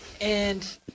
And-